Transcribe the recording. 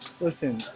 Listen